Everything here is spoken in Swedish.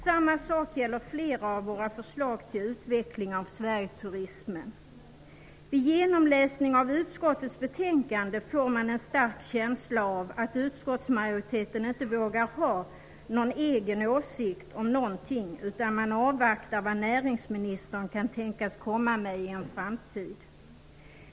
Samma sak gäller flera av våra förslag till utveckling av Vid genomläsning av utskottets betänkande får man en stark känsla av att utskottsmajoriteten inte vågar ha någon egen åsikt om någonting, utan att man avvaktar vad näringsministern kan tänkas komma med i en framtid.